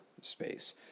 space